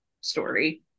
story